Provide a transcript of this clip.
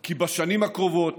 כי בשנים הקרובות